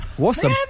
Awesome